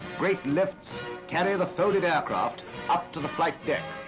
great lifts carry the folded aircraft up to the flight deck.